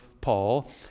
Paul